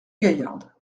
gaillarde